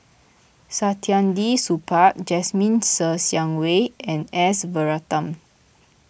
Saktiandi Supaat Jasmine Ser Xiang Wei and S Varathan